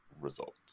result